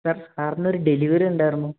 sir സാറിനൊരു delivery ഉണ്ടായിരുന്നു